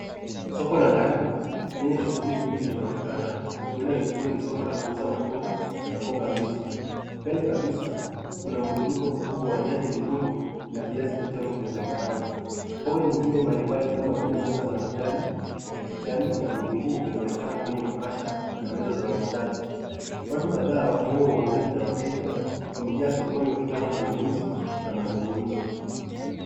Soko la ndani lenye shughuli nyingi linaonekana. Huenda likiwa ni soko la kuuza matunda na mboga mbichi. Mbele kabisa kuna mrundiko mkubwa wa nyanya nyekundu na viazi vitamu vya zambarau. Mboga nyingine mbalimbali kama vile mboga za majani ya kijani na vitunguu vinaonekana kwenye makasha na meza za wauzaji. Watu kadhaa wakiwemo wauzaji na wateja wamejaa sokoni wakifanya manunuzi na mazungumzo.